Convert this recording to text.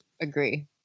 Agree